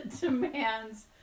demands